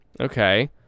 Okay